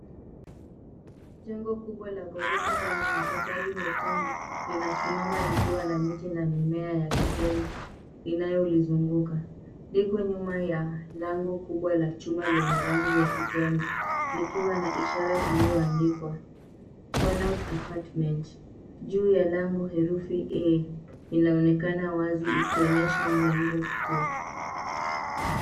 Jengo kubwa la ghorofa lenye matofali mekundu, linasimama likiwa na miti na mimea ya kijani inayolizunguka, liko nyuma ya lango kubwa la chuma lenye rangi ya kijani likiwa na ishara iliyoandikwa Conout Apartments , juu ya lango herufi A inaonekana wazi ikionyesha mlango kuu.